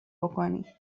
بکنی